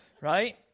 right